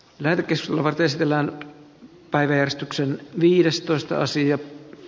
lerkesulavat esitellään parrestoksen viidestoista sija